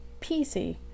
PC